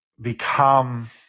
become